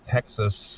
Texas